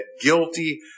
guilty